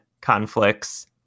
conflicts